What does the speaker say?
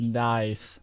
nice